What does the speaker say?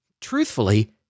truthfully